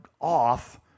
off